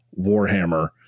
Warhammer